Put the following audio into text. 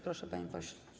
Proszę, panie pośle.